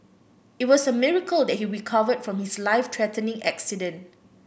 it was a miracle that he recovered from his life threatening accident